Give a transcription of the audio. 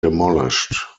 demolished